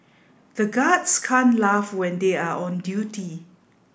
the guards can't laugh when they are on duty